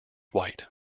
white